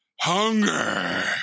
hunger